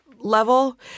level